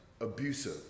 abusive